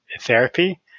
therapy